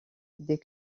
des